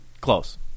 close